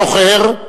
זוכר,